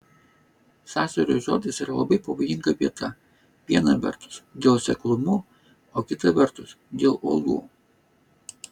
sąsiaurio žiotys yra labai pavojinga vieta viena vertus dėl seklumų o kita vertus dėl uolų